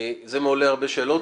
זה מעורר הרבה שאלות.